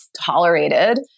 tolerated